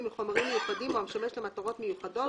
מחומרים מיוחדים המשמש למטרות מיוחדות,